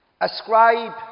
ascribe